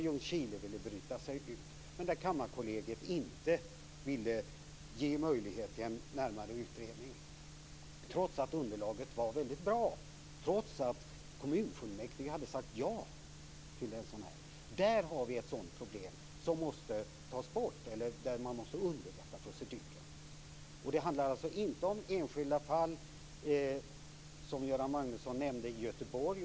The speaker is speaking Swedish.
Ljungskile ville där bryta sig ut, men Kammarkollegiet ville inte ge möjlighet till en närmare utredning, trots att underlaget var väldigt bra och kommunfullmäktige hade sagt ja. Där har vi ett problem. Denna procedur måste underlättas. Det handlar alltså inte om enskilda fall, t.ex. Göteborg som nämndes av Göran Magnusson.